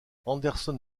anderson